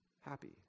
happy